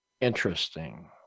interesting